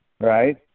right